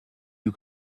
you